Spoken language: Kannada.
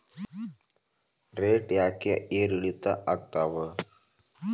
ರೇಟ್ ಯಾಕೆ ಏರಿಳಿತ ಆಗ್ತಾವ?